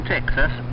Texas